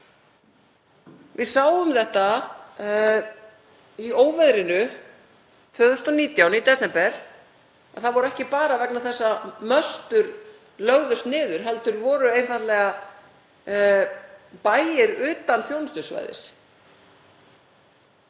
Við sáum þetta í óveðrinu 2019, í desember, að það var ekki bara vegna þess að möstur lögðust niður heldur voru einfaldlega bæir utan þjónustusvæðis.